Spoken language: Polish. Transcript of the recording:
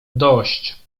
dość